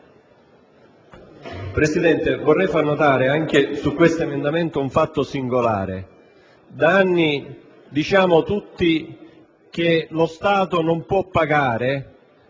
Presidente, vorrei far notare, anche sull'emendamento 12.0.5, un fatto singolare. Da anni diciamo tutti che lo Stato non può pagare